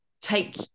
take